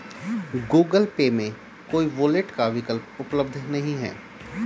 Google Pay में कोई wallet का विकल्प उपलब्ध नहीं है